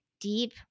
Deep